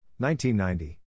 1990